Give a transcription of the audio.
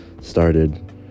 started